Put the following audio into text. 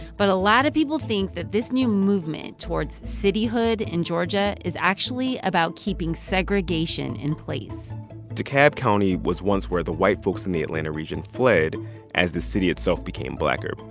but a lot of people think that this new movement towards cityhood in georgia is actually about keeping segregation in place dekalb county was once where the white folks in the atlanta region fled as the city itself became blacker.